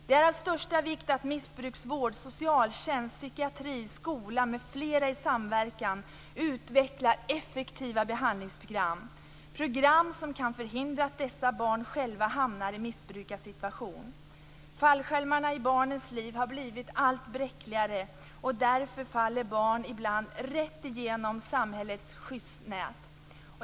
Det är av största vikt att missbrukarvård, socialtjänst, psykiatri, skola, m.fl. i samverkan utvecklar effektiva behandlingsprogram, program som kan förhindra att dessa barn själva hamnar i en missbrukarsituation. Fallskärmarna i barnens liv har blivit allt bräckligare. Därför faller barn ibland rätt igenom samhällets skyddsnät.